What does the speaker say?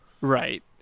right